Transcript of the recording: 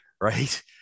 right